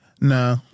no